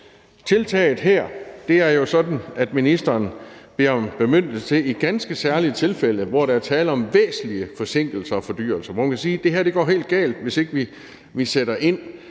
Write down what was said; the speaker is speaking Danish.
tiltaget her er jo sådan, at ministeren beder om bemyndigelse til i ganske særlige tilfælde, hvor der er tale om væsentlige forsinkelser og fordyrelser – og hvor man kan sige, at det går helt galt, hvis ikke man sætter ind